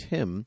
Tim